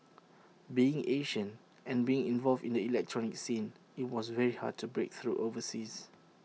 being Asian and being involved in the electronic scene IT was very hard to break through overseas